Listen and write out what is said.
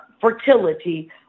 fertility